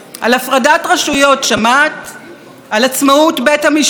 על עצמאות בית המשפט ומוסדות שלטון החוק שמעת?